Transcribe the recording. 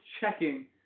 checking